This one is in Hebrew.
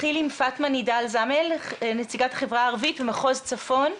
פאטמה נידאל זאמל, נציגת מחוז צפון.